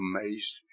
amazed